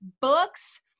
books